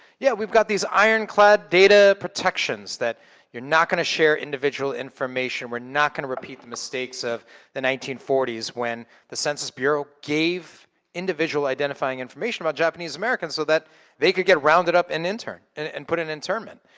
yeah, we've got these ironclad data protections that you're not gonna share individual information. we're not gonna repeat the mistakes of the nineteen forty s when the census bureau gave individual identifying information about japanese americans so that they could get rounded up in intern and and put in internment.